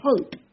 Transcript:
hope